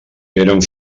eren